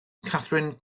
katherine